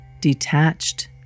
detached